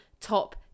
top